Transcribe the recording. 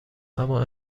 اما